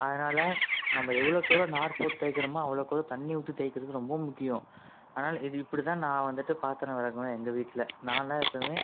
அதனாலே நம்ப எவ்வளோக்கு எவ்வளோ நார் போட்டு தேய்கிறோமோ அவ்வளோக்கு அவ்வளோ தண்ணி ஊற்றி தேய்க்கிறது ரொம்ப முக்கியம் அதனால் இது இப்படி தான் நான் வந்துவிட்டு பாத்திரம் விளக்குவேன் எங்கள் வீட்டில் நான் தான் எப்போயுமே